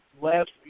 last